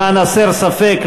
למען הסר ספק,